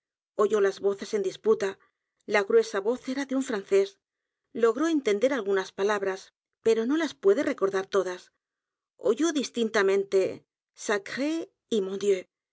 oyó las voces en disputa la gruesa voz era de un francés logró entender algunas palabras pero no las puede recordar todas oyó distintamente